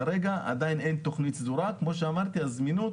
כרגע עדיין אין תכנית סדורה, כמו שאמרתי, הזמינות